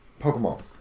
Pokemon